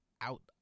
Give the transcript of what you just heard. out